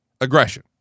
aggression